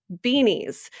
beanies